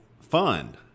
fund